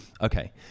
okay